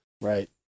Right